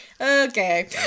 Okay